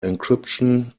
encryption